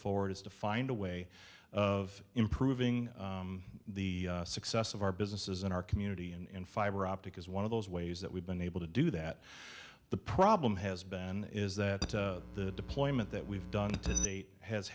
forward is to find a way of improving the success of our businesses in our community and fiberoptic is one of those ways that we've been able to do that the problem has been is that the deployment that we've done